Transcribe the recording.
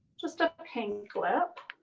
just a pink lip